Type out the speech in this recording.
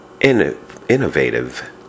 innovative